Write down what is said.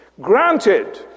Granted